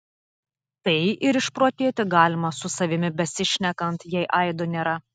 tai ir išprotėti galima su savimi besišnekant jei aido nėra